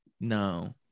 no